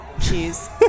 Cheese